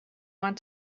want